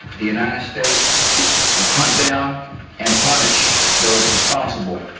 the united states will hunt down and punish those responsible.